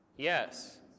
Yes